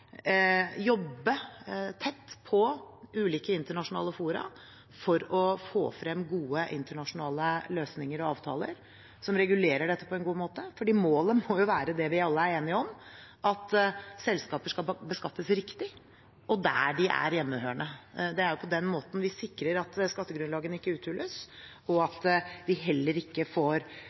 jobbe tett på ulike internasjonale fora for å få frem gode internasjonale løsninger og avtaler som regulerer dette på en god måte. For målet må jo være det vi alle er enige om, at selskaper skal beskattes riktig, og der de er hjemmehørende. Det er på den måten vi sikrer at skattegrunnlagene ikke uthules, og at vi heller ikke får